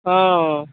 ହଁ